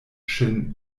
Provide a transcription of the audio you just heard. ŝin